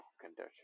condition